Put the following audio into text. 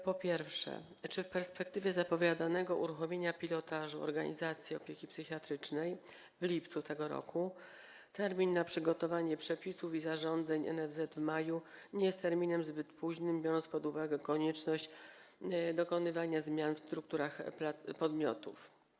Po pierwsze, czy w perspektywie zapowiadanego uruchomienia pilotażu w zakresie organizacji opieki psychiatrycznej w lipcu tego roku termin przewidziany na przygotowanie przepisów i zarządzeń NFZ wyznaczony na maj nie jest terminem zbyt późnym, biorąc pod uwagę konieczność dokonywania zmian w strukturach podmiotów?